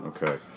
Okay